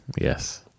Yes